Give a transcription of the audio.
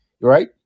right